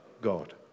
God